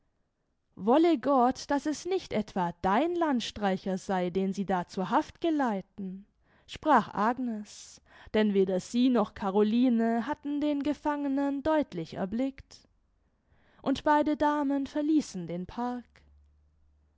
wolle gott daß es nicht etwa dein landstreicher sei den sie da zur haft geleiten sprach agnes denn weder sie noch caroline hatten den gefangenen deutlich erblickt und beide damen verließen den park